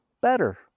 better